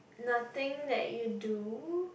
nothing that you do